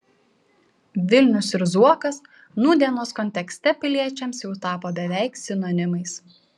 vilnius ir zuokas nūdienos kontekste piliečiams jau tapo beveik sinonimais